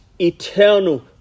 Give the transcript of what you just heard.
eternal